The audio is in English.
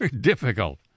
difficult